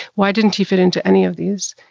why didn't he fit into any of these?